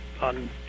on